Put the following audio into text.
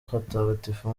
hatagatifu